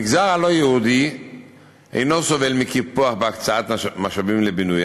המגזר הלא-יהודי אינו סובל מקיפוח בהקצאת משאבים לבינוי,